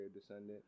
descendant